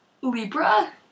Libra